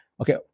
okay